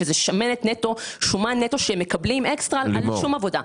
שזה שומן נטו שהם מקבלים אקסטרה על שום עבודה.